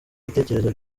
ibitekerezo